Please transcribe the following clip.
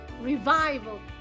revival